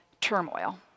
turmoil